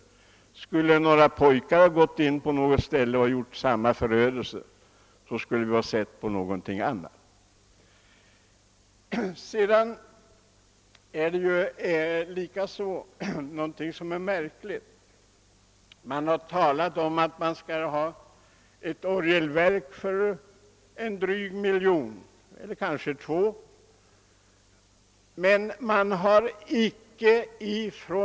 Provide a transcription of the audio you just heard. Om några småpojkar skulle ha åstadkommit motsvarande förödelse, skulle deras verksamhet ha lett till helt andra följder för dem själva än vad som blivit resultatet i detta fall. Ett annat märkligt förhållande är att det nu skall installeras ett nytt orgelverk för drygt 1 miljon eller kanske 2 miljoner kronor.